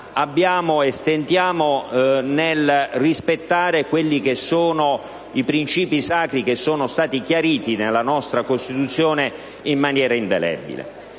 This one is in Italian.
qui ancora stentiamo a rispettare quelli che sono i principi sacri, chiariti nella nostra Costituzione in maniera indelebile.